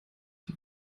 die